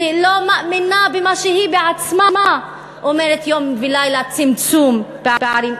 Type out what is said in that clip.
ולא מאמינה במה שהיא עצמה אומרת יום ולילה: צמצום פערים.